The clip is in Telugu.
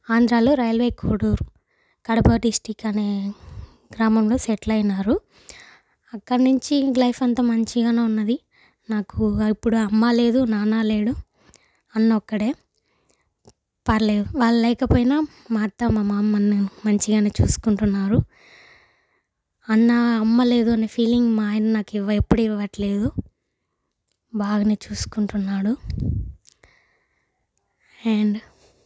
ఆంధ్రాలో రైల్వే కోడూరు కడప డిస్టిక్ అనే గ్రామంలో సెటిల్ అయినారు అక్కడి నుంచి ఇంక లైఫ్ అంతా మంచిగానే ఉన్నది నాకు ఇప్పుడు అమ్మ లేదు నాన్న లేడు అన్న ఒక్కడే పర్లేదు వాళ్లు లేకపోయినా మా అత్త మామ నన్ను మంచిగానే చూసుకుంటున్నారు అన్న అమ్మ లేదు అని ఫీలింగ్ మా ఆయన ఎప్పుడు ఇవ్వట్లేదు బాగానే చూసుకుంటున్నాడు అండ్